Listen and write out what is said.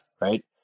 right